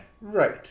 Right